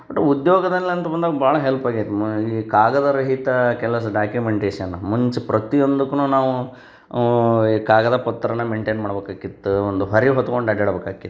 ಒಟ್ಟು ಉದ್ಯೋಗದಲ್ಲಿ ಅಂತ ಬಂದಾಗ ಭಾಳ ಹೆಲ್ಪ್ ಆಗೈತೆ ಮ ಈ ಕಾಗದರಹಿತ ಕೆಲಸ ಡಾಕಿಮೆಂಟೇಶನ್ ಮುಂಚೆ ಪ್ರತಿಯೊಂದಕ್ನೂ ನಾವು ಈ ಕಾಗದ ಪತ್ರನ ಮೆಂಟೇನ್ ಮಾಡ್ಬೇಕಾಗಿತ್ತು ಒಂದು ಹೊರೆ ಹೊತ್ಕೊಂಡು ಅಡ್ಯಾಡಬೇಕಾಕಿತ್ತು